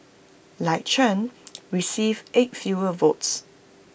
like Chen received eight fewer votes